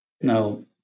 Now